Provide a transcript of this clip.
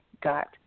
got